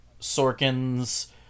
Sorkin's